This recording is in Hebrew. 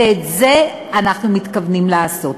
ואת זה אנחנו מתכוונים לעשות.